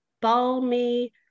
balmy